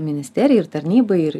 ministerijai ir tarnybai ir